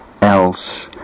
else